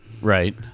Right